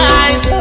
eyes